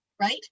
right